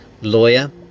lawyer